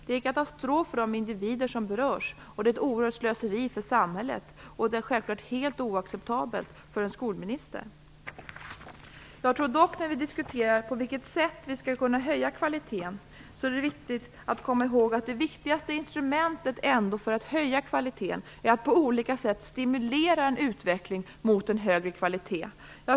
Det är en katastrof för de individer som berörs, det är ett oerhört slöseri för samhället, och det är självklart helt oacceptabelt för en skolminister. När vi diskuterar på vilket sätt vi skall kunna höja kvaliteten bör vi komma ihåg att det viktigaste instrumentet är att på olika sätt stimulera en utveckling mot en högre kvalitet.